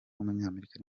w’umunyamerika